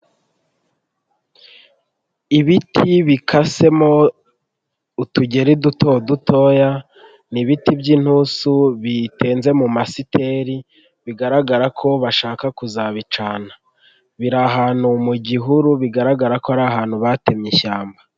Ibiti bikasemo utugeri duto dutoya ni ibiti by'inturusu bitenze mu masiteri bigaragara ko bashaka kuzabicana, biri ahantu mu gihuru bigaragara ko ari ahantu batemye ishyamba.